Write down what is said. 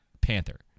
Panther